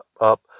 up